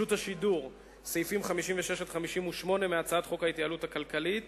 הצעת חוק ההתייעלות הכלכלית